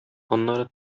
аннары